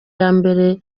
iyambere